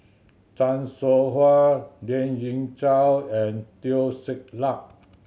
Chan Soh Ha Lien Ying Chow and Teo Ser Luck